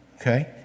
Okay